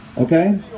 Okay